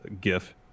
Gif